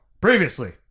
previously